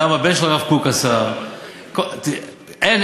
גם הבן של הרב קוק אסר.